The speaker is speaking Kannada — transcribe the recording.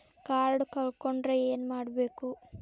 ಕಾರ್ಡ್ ಕಳ್ಕೊಂಡ್ರ ಏನ್ ಮಾಡಬೇಕು?